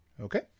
Okay